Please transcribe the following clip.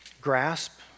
grasp